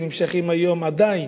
שנמשכים היום עדיין,